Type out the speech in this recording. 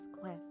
cliff